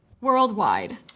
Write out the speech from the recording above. worldwide